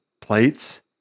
plates